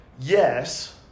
yes